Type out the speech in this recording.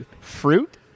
fruit